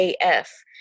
af